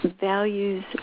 values